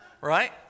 right